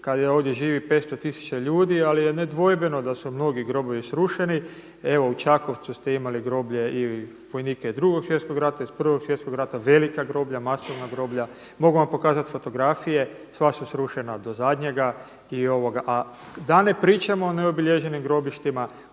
kada ovdje živi 500 tisuća ljudi, ali je nedvojbeno da su mnogi grobovi srušeni. Evo u Čakovcu ste imali groblje i vojnika iz Drugog svjetskog rata, iz prvog svjetskog rata, velika groblja, masovna groblja, mogu vam pokazati fotografije, sva su srušena do zadnjega, a da ne pričamo o neobilježenim grobištima